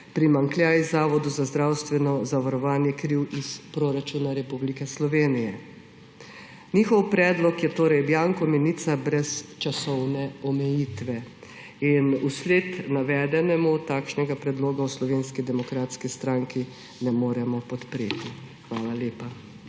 primanjkljaj Zavodu za zdravstveno zavarovanje kril iz proračuna Republike Slovenije. Njihov predlog je torej bianko menica brez časovne omejitve in zaradi navedenega takšnega predloga v Slovenski demokratski stranki ne moremo podpreti. Hvala lepa.